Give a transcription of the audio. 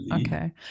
Okay